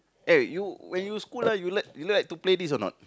eh you when you school ah you like you like to play this or not